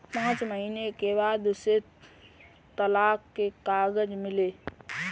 पांच महीने के बाद उसे तलाक के कागज मिले